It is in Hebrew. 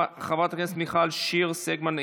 חברת הכנסת מיכל שיר סגמן,